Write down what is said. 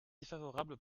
défavorable